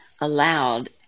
allowed